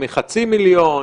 הם מחצי מיליון?